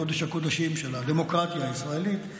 קודש-הקודשים של הדמוקרטיה הישראלית,